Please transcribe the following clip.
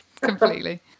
completely